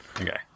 Okay